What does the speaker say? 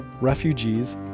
refugees